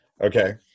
Okay